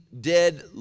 dead